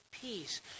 Peace